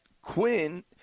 Quinn